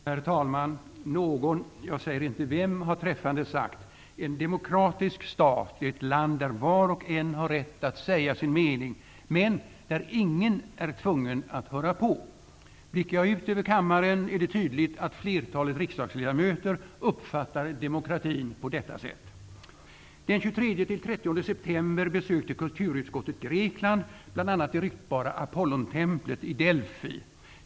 Herr talman! Någon, jag säger inte vem, har träffande sagt: ''En demokratisk stat är ett land där var och en har rätt att säga sin mening. Men där ingen är tvungen att höra på.'' Blickar jag ut över kammaren, finner jag att flertalet riksdagsledamöter tydligen uppfattar demokratin på detta sätt. Delfi.